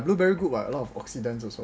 ya ya blueberry good [what] a lot of oxidants also